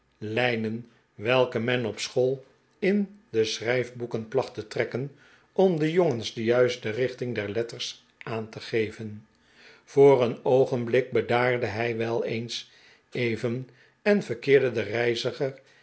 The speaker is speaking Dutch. lijnen welke men op school in de schrijfboeken placht te trekken om den jongens de juiste richting der letters aan te geven voor een oogenblik bedaarde hij wel eens even en verkeerde de reiziger